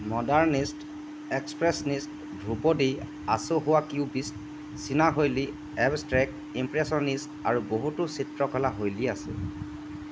modernist expressionist ধ্ৰুপদী আচহুৱা cubist চীনা শৈলী এবষ্ট্ৰেক্ট ইমপ্ৰেছনিষ্ট আৰু বহুতো চিত্ৰকলা শৈলী আছে